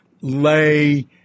lay